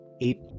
eight